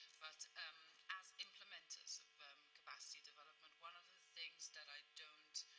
but as implementers of um capacity development, one of the things that i don't